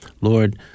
Lord